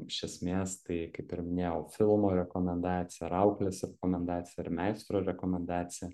iš esmės tai kaip ir minėjau filmo rekomendacija ar auklės rekomendacija ar meistro rekomendacija